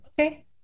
okay